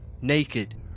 naked